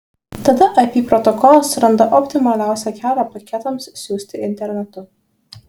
tada ip protokolas suranda optimaliausią kelią paketams siųsti internetu